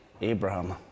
Abraham